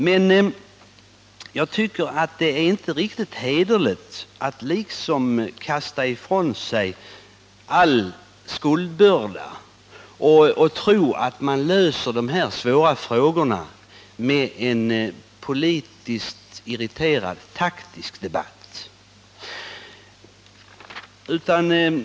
Men jag tycker inte det är riktigt hederligt att kasta ifrån sig skuldbördan och tro att man löser de här svåra problemen med en politiskt irriterad taktisk debatt.